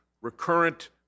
recurrent